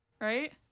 Right